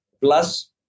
Plus